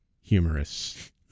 humorous